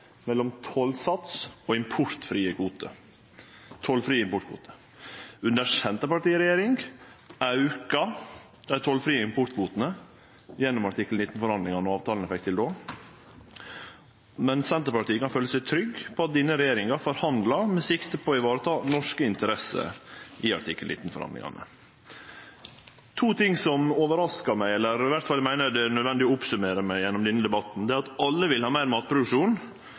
mellom tollsats og tollfrie importkvotar. Under Senterpartiet i regjering auka dei tollfrie importkvotane – gjennom artikkel 19-forhandlingane og avtalane dei fekk til då – men Senterpartiet kan føle seg trygg på at denne regjeringa forhandlar med sikte på å vareta norske interesser i artikkel 19-forhandlingane. To ting som overraskar meg, eller som eg iallfall meiner det er nødvendig å summere opp med i denne debatten, er at alle vil ha meir matproduksjon,